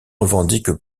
revendique